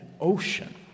Ocean